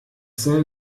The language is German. soll